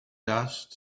dust